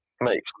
make